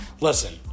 Listen